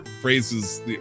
phrases